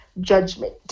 judgment